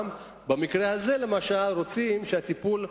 במקרה הזה רוצים שהטיפול,